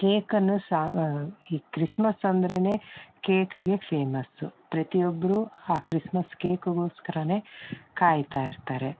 ಕೇಕನ್ನು ಸಾವ ಈ ಕ್ರಿಸ್ಮಸ್ ಅಂದ್ರೇ ಕೇಕ್ಗೆ ಫೇಮಸ್ಸು ಪ್ರತಿಯೊಬ್ಬರೂ ಆ ಕ್ರಿಸ್ಮಸ್ ಕೇಕ್ಗೋಸ್ಕರವೇ ಕಾಯ್ತಾ ಇರ್ತಾರೆ